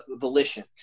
volition